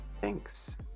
Thanks